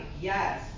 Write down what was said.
Yes